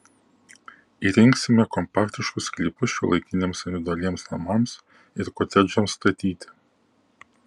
įrengsime kompaktiškus sklypus šiuolaikiniams individualiems namams ir kotedžams statyti